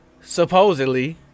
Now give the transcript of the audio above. Supposedly